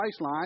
Priceline